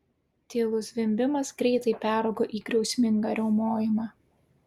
tylus zvimbimas greitai peraugo į griausmingą riaumojimą